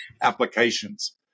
applications